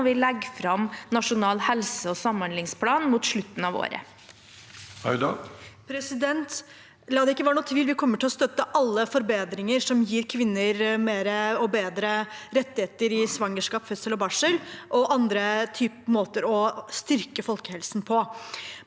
når vi legger fram nasjonal helse- og samhandlingsplan mot slutten av året. Seher Aydar (R) La det ikke være noen tvil: Vi kommer til å støtte alle forbedringer som gir kvinner flere og bedre rettigheter ved svangerskap, fødsel og barsel, og andre måter å styrke folkehelsen på.